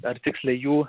ar tiksliai jų